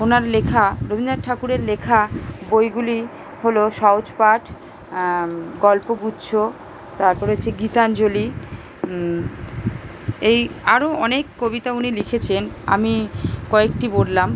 ওনার লেখা রবীন্দনাথ ঠাকুরের লেখা বইগুলি হলো সহজ পাঠ গল্পগুচ্ছ তারপরে হচ্ছে গীতাঞ্জলি এই আরো অনেক কবিতা উনি লিখেছেন আমি কয়েকটি বললাম